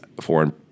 foreign